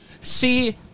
See